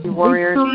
warriors